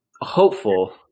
hopeful